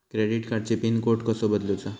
Credit कार्डची pin code कसो बदलुचा?